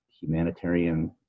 humanitarian